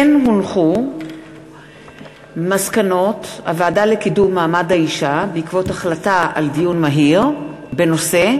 כן הונחו מסקנות הוועדה לקידום מעמד האישה בעקבות דיון מהיר בנושא: